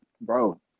bro